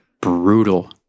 brutal